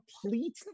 complete